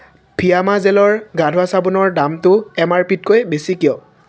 ফিয়ামা জেলৰ গা ধোৱা চাবোনৰ দামটো এম আৰ পিতকৈ বেছি কিয়